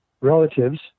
relatives